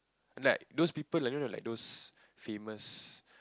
like those people I don't know like those famous